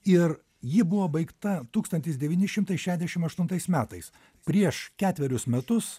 ir ji buvo baigta tūkstantis devyni šimtai šedešim aštuntais metais prieš ketverius metus